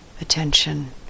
attention